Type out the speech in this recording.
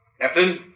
Captain